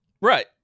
Right